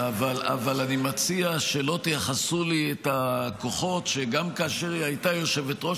אני מציע שלא תייחסו לי את הכוחות שגם כאשר היא הייתה יושבת-ראש